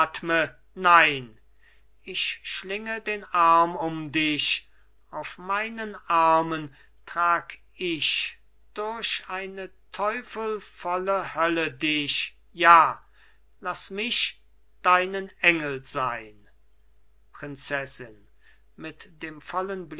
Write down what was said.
nein ich schlinge den arm um dich auf meinen armen trag ich durch eine teufelvolle hölle dich ja laß mich deinen engel sein prinzessin mit dem